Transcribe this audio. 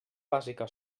bàsica